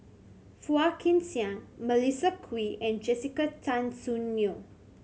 Phua Kin Siang Melissa Kwee and Jessica Tan Soon Neo